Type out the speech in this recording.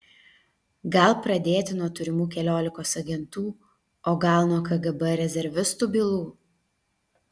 gal pradėti nuo turimų keliolikos agentų o gal nuo kgb rezervistų bylų